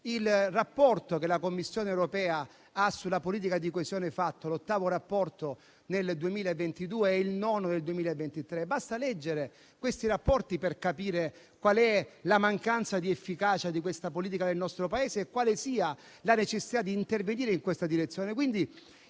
il rapporto che la Commissione europea ha fatto sulla politica di coesione: l'ottavo rapporto nel 2022 e il nono del 2023. Basta leggere questi rapporti per capire la mancanza di efficacia di questa politica del nostro Paese e la necessità di intervenire in questa direzione.